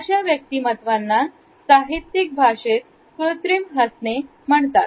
अशा व्यक्तिमत्त्वांना साहित्यिक भाषेत कृत्रिम हसणे म्हणतात